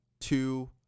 Two